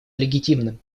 легитимным